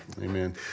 Amen